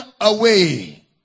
away